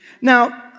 Now